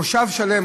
מושב שלם,